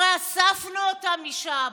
הרי אספנו אותם משם.